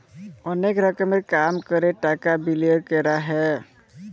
অলেক রকম কাম ক্যরে টাকা বিলিয়গ ক্যরা যায়